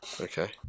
Okay